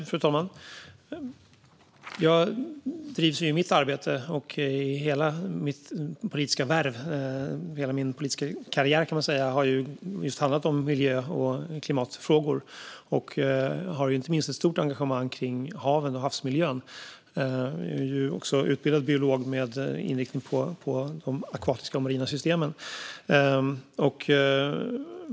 Fru talman! Hela min politiska karriär har handlat om miljö och klimatfrågor. Jag har inte minst ett stort engagemang för havsmiljö och är utbildad biolog med inriktning på de akvatiska och marina systemen.